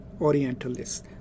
orientalists